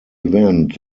event